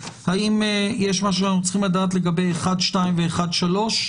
האם יש משהו שאנחנו צריכים לדעת לגבי 1(2) ו-(1)3)?